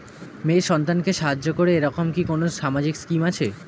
মেয়ে সন্তানকে সাহায্য করে এরকম কি কোনো সামাজিক স্কিম আছে?